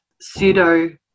pseudo